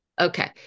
okay